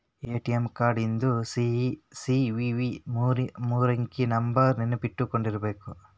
ATM card ಹಿಂದ್ CVV ಮೂರಂಕಿ ನಂಬರ್ನ ನೆನ್ಪಿಟ್ಕೊಂಡಿರ್ಬೇಕು